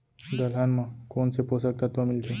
दलहन म कोन से पोसक तत्व मिलथे?